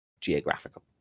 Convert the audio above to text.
geographical